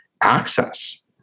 access